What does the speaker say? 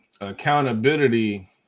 accountability